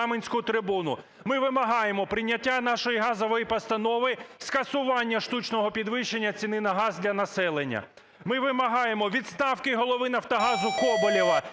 Ми вимагаємо прийняття нашої газової постанови, скасування штучного підвищення ціни на газ для населення. Ми вимагаємо відставки голови "Нафтогазу" Коболєва,